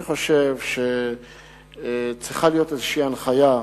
אני חושב שצריכה להיות איזו הנחיה,